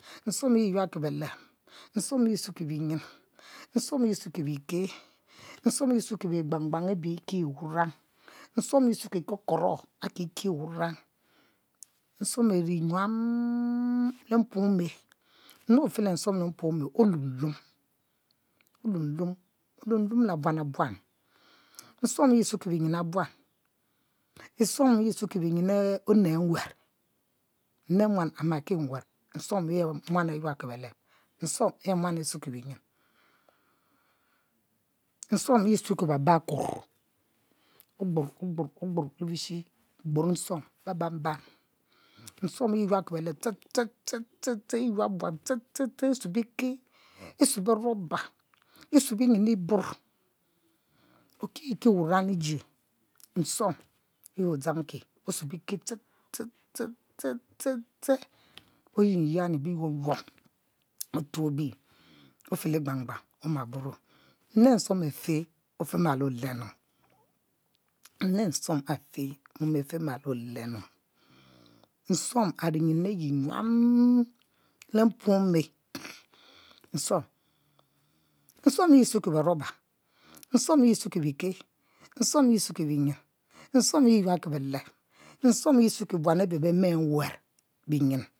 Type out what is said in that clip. Nsuom yi nyuab ki beleb nsuo yi nsuki bike nsuom yi e;sueki bi gbangbang abi ekie wurong nsuom ye sueki kokoro aku ekie wurang nsuom ari nyuam le mpuome nde ofe le nsuom le mpuo me, oluom lumo. oluom lumo le buan le buan nsuom yi sueki bi ying e;buan nsuom ye sueki ameh e; buan nsuom yi suki biyin ome nwar ne muan amaki nwar nsuom yi muan ayuab ki beleb nsuom yi muan asuki binyin nsuom yi e;suki bebarkuor ogbor ogbor ogbor le bishi ogbor nsuom be bambam nsuom yi e;yuab ki beleb ste ste ste ste e;yuab buan ste ste ste ste e;sue bi ke e sue be zober e;she binyin iborr oki ke wurang liji nsuom ye odazang ki osue bike ste ste ste ste oyin yani bi yuom yuom otouobi oma fe li gbangbang oma buro nnu nne nsom afe ofimalo olenu nne nsuom afe mom afi malo olenu nsuom are nyin ayi nyuam le mpuome nsuom nsuom yi e;sueki be rober nsuom yi sueki bike nsuom yi sue ki binyin nsuom yi e; yuab ki he leb nsuom yi sueki buan abe bema nwar binyin